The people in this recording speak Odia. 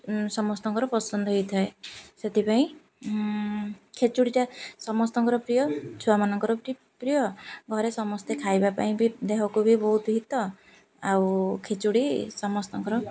ସମସ୍ତଙ୍କର ପସନ୍ଦ ହୋଇଥାଏ ସେଥିପାଇଁ ଖେଚୁଡ଼ିଟା ସମସ୍ତଙ୍କର ପ୍ରିୟ ଛୁଆମାନଙ୍କର ପ୍ରିୟ ଘରେ ସମସ୍ତେ ଖାଇବା ପାଇଁ ବି ଦେହକୁ ବି ବହୁତ ହତ ଆଉ ଖେଚୁଡ଼ି ସମସ୍ତଙ୍କର